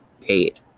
paid